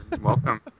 Welcome